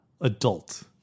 adult